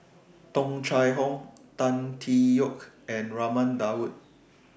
Tung Chye Hong Tan Tee Yoke and Raman Daud